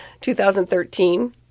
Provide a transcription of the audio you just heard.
2013